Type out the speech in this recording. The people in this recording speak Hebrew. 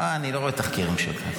לא, אני לא רואה תחקירים של כאן.